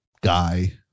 guy